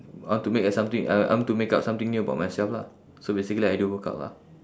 I want to make a something I I want to make up something new about myself lah so basically I do workout lah